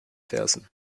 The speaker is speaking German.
fersen